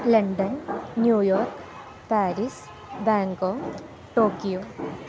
London New York Paris Bangkok Tokyo